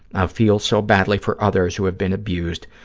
i feel so badly for others who have been abused,